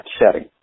setting